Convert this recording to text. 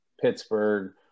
Pittsburgh